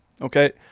Okay